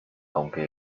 aunque